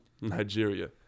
Nigeria